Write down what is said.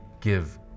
give